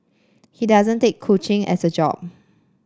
he doesn't take coaching as a job